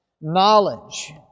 knowledge